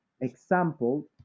example